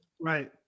Right